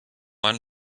einen